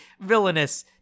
villainous